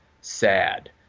sad